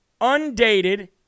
undated